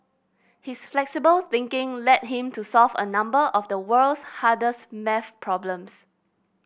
his flexible thinking led him to solve a number of the world's hardest maths problems